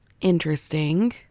Interesting